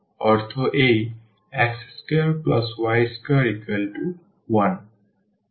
সুতরাং এটি একটি circle